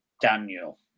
Daniel